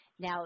Now